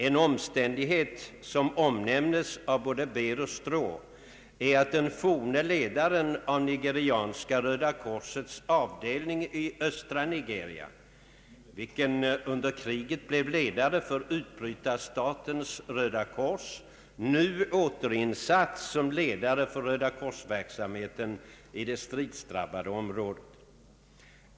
En omständighet, som omnämnes av både Beer och Stroh, är att den forne ledaren av Nigerianska röda korsets avdelning i Östra Nigeria, vilken under kriget blev ledare för utbrytarstatens Röda kors, nu återinsatts som ledare för Röda kors-verksamheten i det stridsdrabbade området.